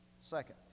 second